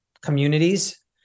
communities